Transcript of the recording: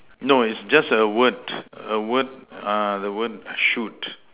no it's just a word a word the word the word shoot